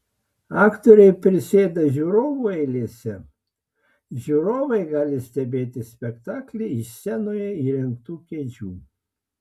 aktoriai prisėda žiūrovų eilėse žiūrovai gali stebėti spektaklį iš scenoje įrengtų kėdžių